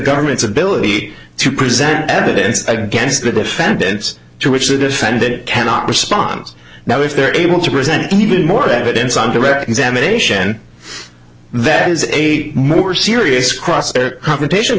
government's ability to present evidence against the defendants to which the defendant cannot respond now if they're able to present even more evidence on direct examination that is eighty more serious cross competition